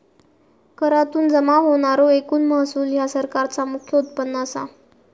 करातुन जमा होणारो एकूण महसूल ह्या सरकारचा मुख्य उत्पन्न असा